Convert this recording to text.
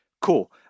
cool